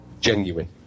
genuine